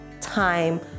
time